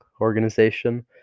organization